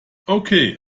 okay